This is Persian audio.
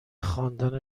خواندن